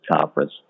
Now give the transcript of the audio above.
conference